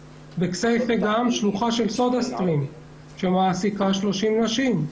בכסייפה יש גם שלוחה של סודה סטרים שמעסיקה 30 נשים,